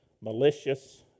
malicious